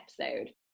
episode